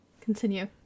continue